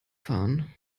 fahren